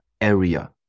area